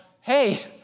hey